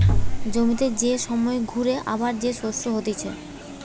জমিতে যে সময় ঘুরে আবার যে শস্য হতিছে